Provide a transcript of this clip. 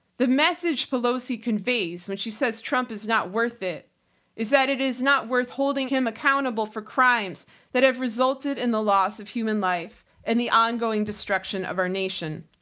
the message pelosi conveys when she says trump is not worth it is that it is not worth holding him accountable for crimes that have resulted in the loss of human life and the ongoing destruction of our nation.